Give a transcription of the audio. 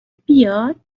بیاد